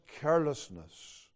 carelessness